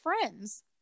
friends